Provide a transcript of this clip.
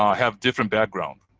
have different backgrounds.